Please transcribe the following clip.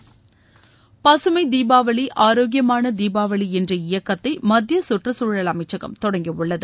பசுமை தீபாவளி ஆரோக்கியமான தீபாவளி என்ற இயக்கத்தை மத்திய கற்றக்குழல் அமைச்சகம் தொடங்கியுள்ளகு